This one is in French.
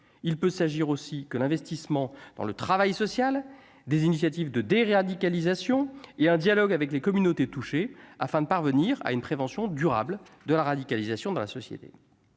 il peut s'agir aussi que l'investissement dans le travail social des initiatives de déradicalisation et un dialogue avec les communautés touchées afin de parvenir à une prévention durable de la radicalisation dans la société,